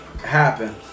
Happen